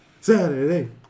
Saturday